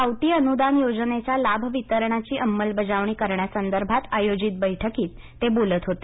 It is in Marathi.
खावटी अनुदान योजनेच्या लाभ वितरणाची अंमलबजावणी करण्यासंदर्भात आयोजित बैठकीत ते बोलत होते